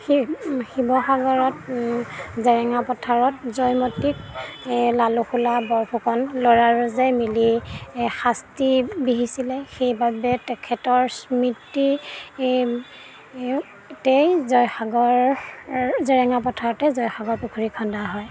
সেই শিৱসাগৰত জেৰেঙা পথাৰত জয়মতীক লালুকসোলা বৰফুকন ল'ৰাৰজাই মিলি শাস্তি বিহিছিলে সেইবাবে তেখেতৰ স্মৃতি তেই জয়সাগৰৰ জেৰেঙা পথাৰতেই জয়সাগৰ পুখুৰী খন্দা হয়